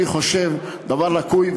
אני חושב שזה דבר לקוי,